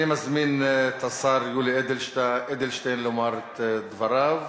אני מזמין את השר יולי אדלשטיין לומר את דבריו,